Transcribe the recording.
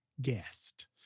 guest